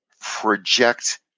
project